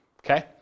Okay